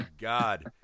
god